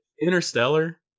Interstellar